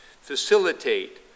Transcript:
facilitate